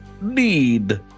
need